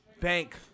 Bank